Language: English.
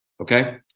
okay